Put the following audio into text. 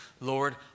Lord